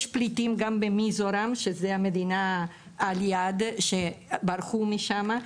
יש פליטים גם במיזורם שזו המדינה על יד שברחו משמה.